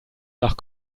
nach